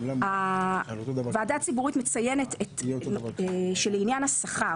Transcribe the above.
הוועדה הציבורית מציינת שלעניין השכר,